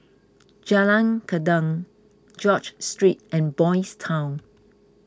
Jalan Gendang George Street and Boys' Town